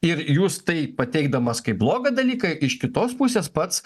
ir jūs tai pateikdamas kaip blogą dalyką iš kitos pusės pats